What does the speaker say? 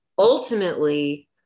Ultimately